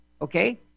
okay